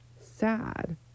sad